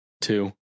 two